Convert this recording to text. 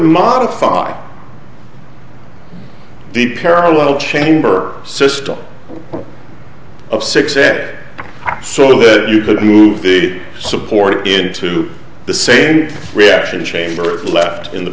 modify the parallel chamber system of six set so that you could move the support into the same reaction chamber left in the